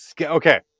okay